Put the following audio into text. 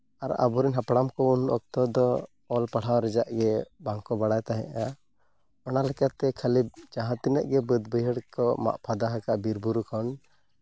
ᱟᱨ ᱟᱵᱚᱨᱮᱱ ᱦᱟᱯᱲᱟᱢ ᱠᱚ ᱩᱱ ᱚᱠᱛᱚ ᱫᱚ ᱯᱟᱲᱦᱟᱣ ᱨᱮᱭᱟᱜ ᱜᱮ ᱵᱟᱝᱠᱚ ᱵᱟᱲᱟᱭ ᱛᱟᱦᱮᱸᱫ ᱚᱱᱟ ᱞᱮᱠᱟᱛᱮ ᱠᱷᱟᱹᱞᱤ ᱡᱟᱦᱟᱸ ᱛᱤᱱᱟᱹᱜ ᱜᱮ ᱵᱟᱹᱫᱽ ᱵᱟᱹᱭᱦᱟᱹᱲ ᱠᱚ ᱢᱟᱜ ᱯᱷᱟᱫᱟ ᱟᱠᱟᱫ ᱵᱤᱨᱼᱵᱩᱨᱩ ᱠᱷᱚᱱ